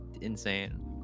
insane